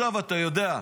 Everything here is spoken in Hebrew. אתה יודע,